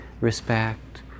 respect